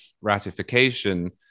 ratification